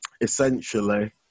essentially